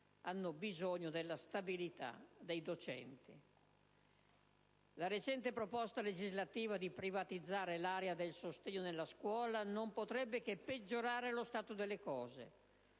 hanno bisogno della stabilità dei docenti. La recente proposta legislativa di privatizzare l'area del sostegno nella scuola non potrebbe che peggiorare lo stato delle cose,